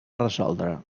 resoldre